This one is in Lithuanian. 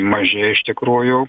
maži iš tikrųjų